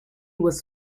was